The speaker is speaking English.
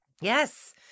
Yes